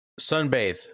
sunbathe